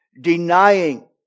denying